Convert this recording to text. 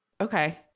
Okay